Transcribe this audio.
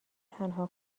تنها